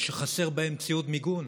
שחסר בהם ציוד מיגון,